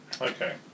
Okay